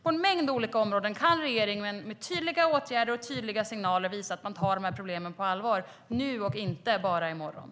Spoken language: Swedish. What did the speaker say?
På en mängd olika områden kan regeringen, med tydliga åtgärder och tydliga signaler, visa att man tar de problemen på allvar - nu och inte bara i morgon.